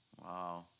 Wow